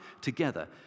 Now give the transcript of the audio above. together